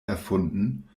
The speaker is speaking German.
erfunden